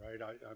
right